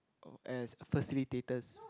oh as facilitators